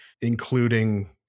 including